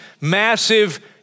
massive